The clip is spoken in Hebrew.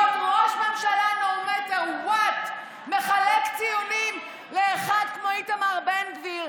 ראש ממשלה no matter what מחלק ציונים לאחד כמו איתמר בן גביר,